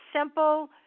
simple